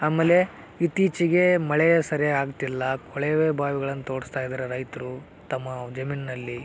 ಆಮೇಲೆ ಇತ್ತೀಚಿಗೆ ಮಳೆಯೆ ಸರಿಯಾಗಿ ಆಗ್ತಿಲ್ಲ ಕೊಳವೆ ಬಾವಿಗಳನ್ನು ತೋಡಿಸ್ತ ಇದ್ದಾರೆ ರೈತರು ತಮ್ಮ ಜಮೀನಿನಲ್ಲಿ